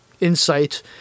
insight